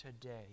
today